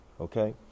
okay